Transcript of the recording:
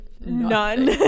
none